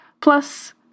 Plus